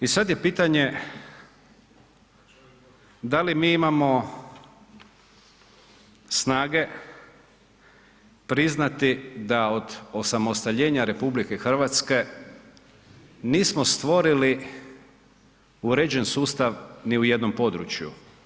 I sad je pitanje da li mi imamo snage priznati da od osamostaljenja RH nismo stvorili uređen sustav ni u jednom području.